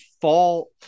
fall